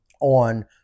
on